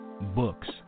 books